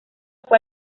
fue